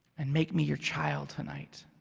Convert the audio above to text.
and make me your child tonight.